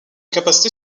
capacité